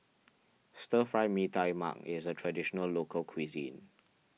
Stir Fry Mee Tai Mak is a Traditional Local Cuisine